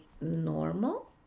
normal